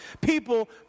people